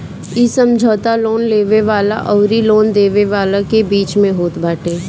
इ समझौता लोन लेवे वाला अउरी लोन देवे वाला के बीच में होत बाटे